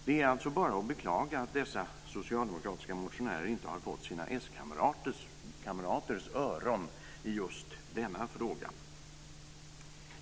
Det är bara att beklaga att dessa socialdemokratiska motionärer inte har fått sina s-kamraters öron i just denna fråga.